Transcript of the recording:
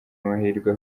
amahirwe